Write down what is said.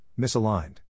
misaligned